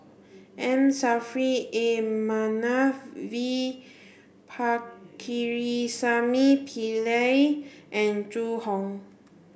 M Saffri A Manaf V Pakirisamy Pillai and Zhu Hong